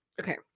okay